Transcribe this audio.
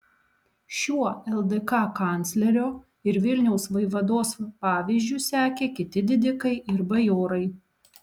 šiuo ldk kanclerio ir vilniaus vaivados pavyzdžiu sekė kiti didikai ir bajorai